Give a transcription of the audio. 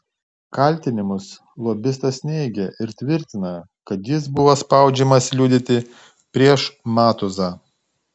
kaltinimus lobistas neigia ir tvirtina kad jis buvo spaudžiamas liudyti prieš matuzą